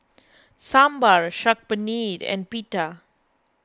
Sambar Saag Paneer and Pita